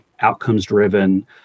outcomes-driven